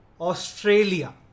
Australia